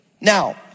Now